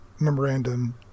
memorandum